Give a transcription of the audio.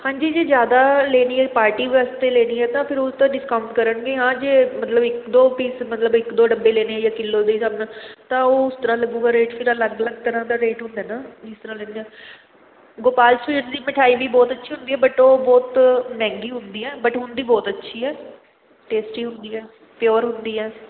ਹਾਂਜੀ ਜੇ ਜ਼ਿਆਦਾ ਲੈਣੀ ਹੈ ਪਾਰਟੀ ਵਾਸਤੇ ਲੈਣੀ ਆ ਤਾਂ ਫਿਰ ਉਹ ਤਾਂ ਡਿਸਕਾਊਂਟ ਕਰਨਗੇ ਹਾਂ ਜੇ ਮਤਲਬ ਇੱਕ ਦੋ ਪੀਸ ਮਤਲਬ ਇੱਕ ਦੋ ਡੱਬੇ ਲੈਣੇ ਜਾਂ ਕਿੱਲੋ ਦੇ ਹਿਸਾਬ ਨਾਲ ਤਾਂ ਉਹ ਉਸ ਤਰ੍ਹਾਂ ਲੱਗੇਗਾ ਰੇਟ ਫਿਰ ਅਲੱਗ ਅਲੱਗ ਤਰ੍ਹਾਂ ਦਾ ਰੇਟ ਹੁੰਦਾ ਨਾ ਜਿਸ ਤਰ੍ਹਾਂ ਲੈਂਦੇ ਆ ਗੋਪਾਲ ਸਵੀਟਸ ਦੀ ਮਿਠਾਈ ਵੀ ਬਹੁਤ ਅੱਛੀ ਹੁੰਦੀ ਹੈ ਬੱਟ ਉਹ ਬਹੁਤ ਮਹਿੰਗੀ ਹੁੰਦੀ ਆ ਬੱਟ ਹੁੰਦੀ ਬਹੁਤ ਅੱਛੀ ਹੈ ਟੇਸਟੀ ਹੁੰਦੀ ਹੈ ਪਿਓਰ ਹੁੰਦੀ ਹੈ